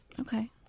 Okay